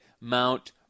Mount